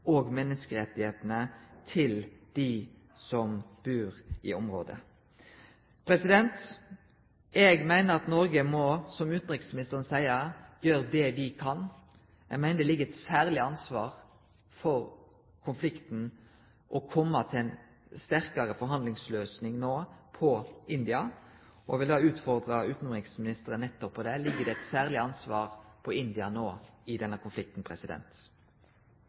og menneskerettane til dei som bur i området. Eg meiner at Noreg må, som utanriksministeren seier, gjere det me kan. Eg meiner det no ligg eit særleg ansvar på India for å kome til ei sterkare forhandlingsløysing i denne konflikten, og vil utfordre utanriksministeren nettopp på det: Ligg det no eit særleg ansvar på India i denne konflikten?